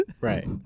Right